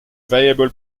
variable